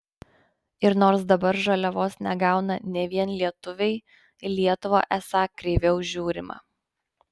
ir nors dabar žaliavos negauna ne vien lietuviai į lietuvą esą kreiviau žiūrima